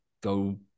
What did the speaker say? go